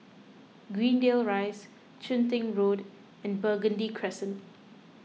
Greendale Rise Chun Tin Road and Burgundy Crescent